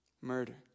Murder